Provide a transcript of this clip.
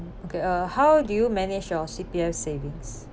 okay uh how do you manage your C_P_F savings